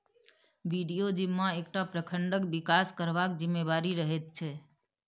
BDO जिम्मा एकटा प्रखंडक बिकास करबाक जिम्मेबारी रहैत छै